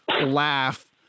laugh